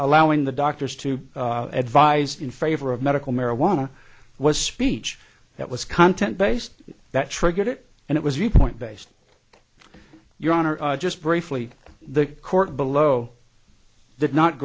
llowing the doctors to advise in favor of medical marijuana was speech that was content based that triggered it and it was you point based your honor just briefly the court below did not